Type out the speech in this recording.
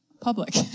public